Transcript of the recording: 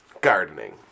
gardening